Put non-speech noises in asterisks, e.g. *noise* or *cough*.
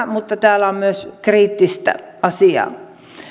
*unintelligible* mutta täällä on myös kriittistä asiaa